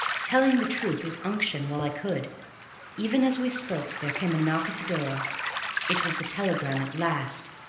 telling the truth with unction while i could even as we spoke there came a knock at the door it was the telegram at last,